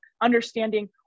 understanding